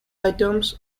items